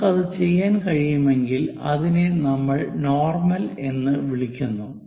നമുക്ക് അത് ചെയ്യാൻ കഴിയുമെങ്കിൽ അതിനെ നമ്മൾ നോർമൽ എന്ന് വിളിക്കുന്നു